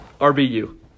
rbu